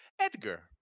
Edgar